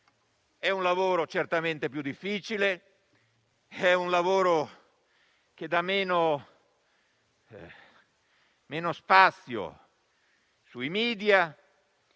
È un lavoro certamente più difficile, che dà meno spazio sui *media*,